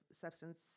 substance